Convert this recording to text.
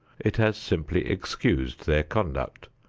it has simply excused their conduct,